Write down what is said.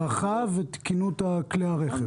הדרכה ותקינות כלי הרכב.